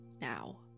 now